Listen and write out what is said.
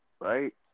Right